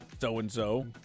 so-and-so